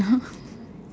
!huh!